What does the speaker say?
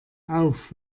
auf